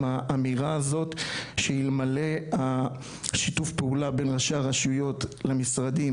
האמירה הזאת שאלמלא השיתוף פעולה בין ראשי הרשויות למשרדים